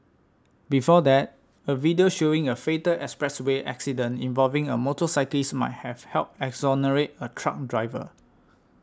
before that a video showing a fatal expressway accident involving a motorcyclist might have helped exonerate a truck driver